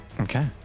Okay